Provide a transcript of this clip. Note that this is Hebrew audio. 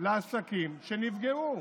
לעסקים שנפגעו.